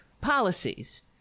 policies